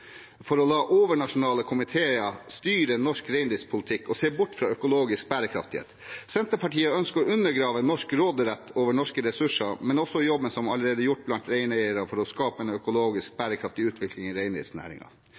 for å la overnasjonale komiteer styre norsk reindriftspolitikk og se bort fra økologisk bærekraft. Senterpartiet ønsker å undergrave norsk råderett over norske ressurser, men også jobben som allerede er gjort blant reineiere for å skape en økologisk bærekraftig utvikling i